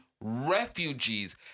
refugees